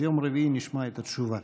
אז ביום רביעי נשמע את התשובה.